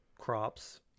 crops